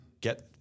get